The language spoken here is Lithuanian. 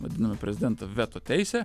vadinama prezidento veto teisė